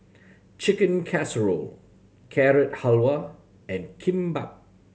Chicken Casserole Carrot Halwa and Kimbap